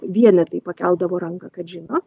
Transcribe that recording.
vienetai pakeldavo ranką kad žino